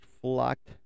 flocked